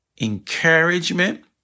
encouragement